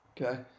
Okay